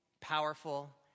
powerful